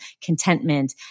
contentment